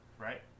Right